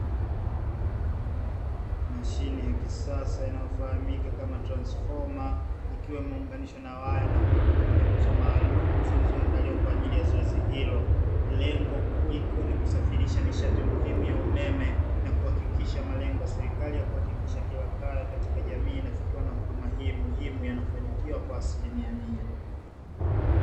Mashine ya kisasa inayofahamika kama transifoma ikiwa imeunganishwa na waya na kuwekwa katika nguzo maalumu zilizoandaliwa kwa ajili ya zoezi hilo, lengo kuu ikiwa ni kusafirisha nishati muhimu ya umeme na kuhakikisha malengo ya serikali ya kuhakikisha kila kaya katika jamii inafikiwa na huduma hii muhimu yanafanikiwa kwa asilimia mia.